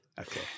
Okay